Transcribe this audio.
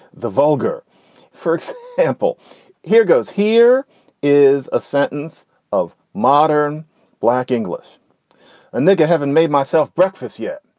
the vulgar first sample here goes here is a sentence of modern black english and they haven't made myself breakfast yet.